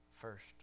first